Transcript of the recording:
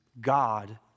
God